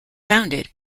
founded